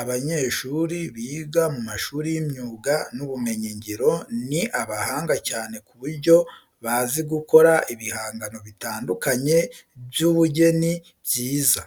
Abanyeshuri biga mu mashuri y'imyuga n'ubumenyingiro ni abahanga cyane ku buryo bazi gukora ibihangano bitandukanye by'ubugeni byiza.